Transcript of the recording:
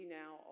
now